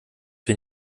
bin